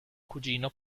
cugino